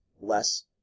less